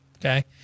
okay